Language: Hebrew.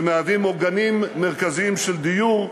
שמהוות עוגנים מרכזיים של דיור,